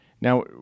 Now